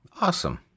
Awesome